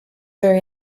very